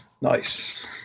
Nice